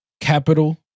capital